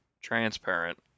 transparent